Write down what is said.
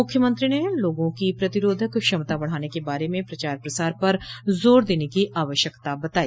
मुख्यमंत्री ने लोगों की प्रतिरोधक क्षमता बढ़ाने के बारे में प्रचार प्रसार पर जोर देने की आवश्यकता बताई